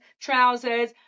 trousers